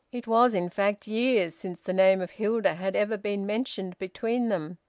it was, in fact, years since the name of hilda had ever been mentioned between them.